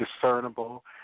discernible